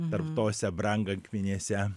tarp tose brangakmenėse